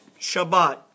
Shabbat